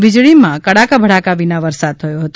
વિજળીમાં કડાકા ભડાકા વિના વરસાદ વરસ્યો હતો